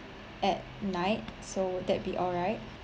at night so would that be alright